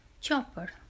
chopper